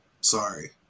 sorry